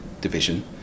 division